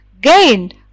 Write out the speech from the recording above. gained